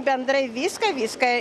bendrai viską viską